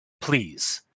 Please